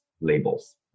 labels